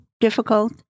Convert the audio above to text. difficult